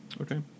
Okay